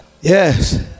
Yes